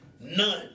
None